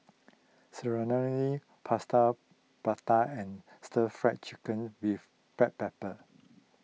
Serunding Plaster Prata and Stir Fried Chicken with Black Pepper